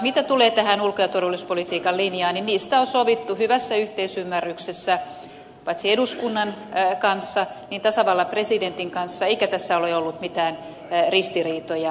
mitä tulee tähän ulko ja turvallisuuspolitiikan linjaan niin siitä on sovittu hyvässä yhteisymmärryksessä paitsi eduskunnan kanssa myös tasavallan presidentin kanssa eikä tässä ole ollut mitään ristiriitoja